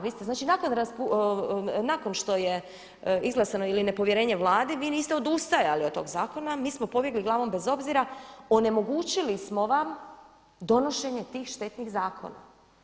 Vi ste znači nakon što je izglasano ili nepovjerenje Vladi, vi niste odustajali od tog zakona, mi smo pobjegli glavom bez obzira, onemogućili smo vam donošenje tih štetnih zakona.